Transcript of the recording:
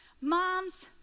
moms